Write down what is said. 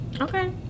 Okay